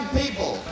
people